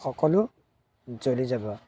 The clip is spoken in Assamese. সকলো জ্বলি যাব